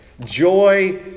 Joy